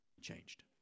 changed